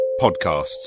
podcasts